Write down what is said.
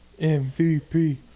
MVP